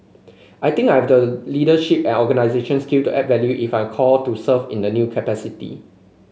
I think I've the leadership and organisation skill to add value if I called to serve in new capacity